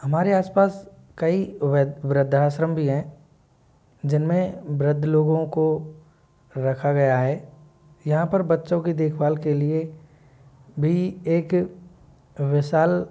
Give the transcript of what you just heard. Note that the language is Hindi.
हमारे आस पास कई वृद्ध वृद्धाश्रम भी है जिन में वृद्ध लोगों को रखा गया है यहाँ पर बच्चों की देखभाल के लिए भी एक विशाल